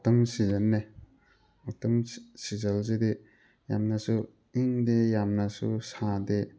ꯑꯇꯝ ꯁꯤꯖꯟꯅꯦ ꯑꯇꯝ ꯁꯤꯖꯟꯁꯤꯗꯤ ꯌꯥꯝꯅꯁꯨ ꯏꯪꯗꯦ ꯌꯥꯝꯅꯁꯨ ꯁꯥꯗꯦ